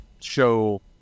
show